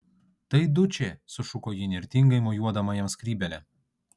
tai dučė sušuko ji įnirtingai mojuodama jam skrybėle